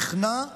נכנע ללחצים,